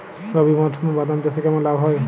রবি মরশুমে বাদাম চাষে কেমন লাভ হয়?